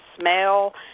smell